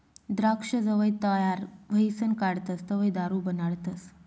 द्राक्ष जवंय तयार व्हयीसन काढतस तवंय दारू बनाडतस